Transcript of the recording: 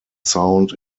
sound